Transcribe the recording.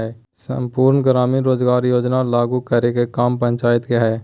सम्पूर्ण ग्रामीण रोजगार योजना लागू करे के काम पंचायत के हय